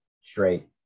straight